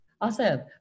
Awesome